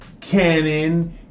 canon